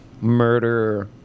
murder